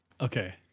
Okay